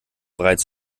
bereits